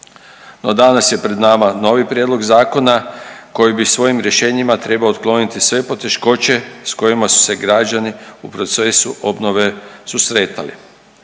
No, danas je pred nama novi prijedlog zakona koji bi svojim rješenjima trebao otkloniti sve poteškoće s kojima su se građani u procesu obnove susretali.